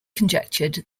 conjectured